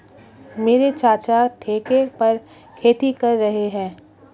मेरे चाचा ठेके पर खेती कर रहे हैं